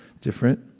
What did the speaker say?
different